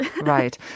Right